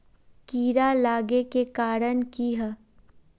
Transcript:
कीड़ा लागे के कारण की हाँ?